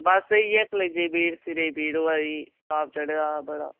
बस इयै कलेजे गी पीड़ सिरे गी पीड़ होआ दी ताप चढ़ेदा बड़ा